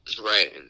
Right